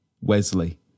Wesley